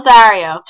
Dario